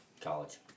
college